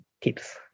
tips